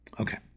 Okay